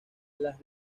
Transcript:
las